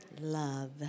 love